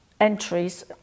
entries